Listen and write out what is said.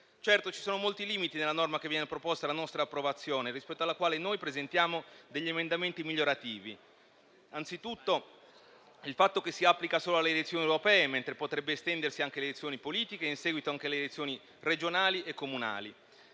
Certo, ci sono molti limiti nella norma che viene proposta alla nostra approvazione, rispetto alla quale noi presentiamo degli emendamenti migliorativi. Penso, anzitutto, al fatto che si applica solo alle elezioni europee, mentre potrebbe estendersi anche le elezioni politiche e in seguito anche alle elezioni regionali e comunali.